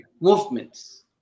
movements